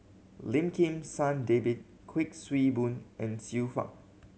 Lim Kim San David Kuik Swee Boon and Xiu Fang